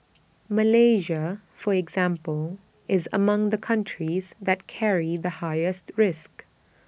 Malaysia for example is among the countries that carry the highest risk